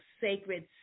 sacred